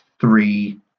three